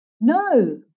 No